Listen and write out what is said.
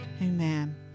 Amen